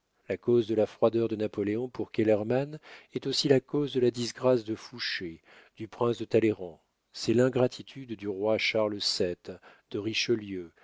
la cause de la froideur de napoléon pour kellermann est aussi la cause de la disgrâce de fouché du prince de talleyrand c'est l'ingratitude du roi charles vii de richelieu